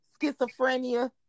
schizophrenia